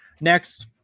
next